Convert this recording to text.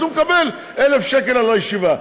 אז הוא מקבל 1,000 שקל על הישיבה.